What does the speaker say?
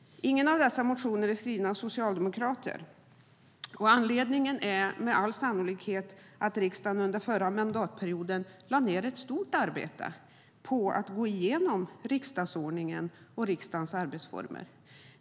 Ingen av dessa motioner är skrivna av socialdemokrater. Anledningen är med all sannolikhet att riksdagen under förra mandatperioden lade ned ett stort arbete på att gå igenom riksdagsordningen och riksdagens arbetsformer.